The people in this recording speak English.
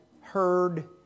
heard